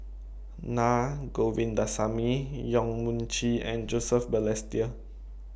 Na Govindasamy Yong Mun Chee and Joseph Balestier